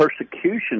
persecution